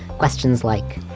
questions like